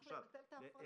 צריך לבטל את ההפרדה.